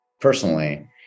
personally